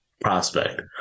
prospect